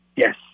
Yes